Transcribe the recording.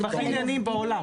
הם הכי ענייניים בעולם.